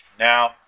Now